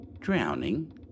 Drowning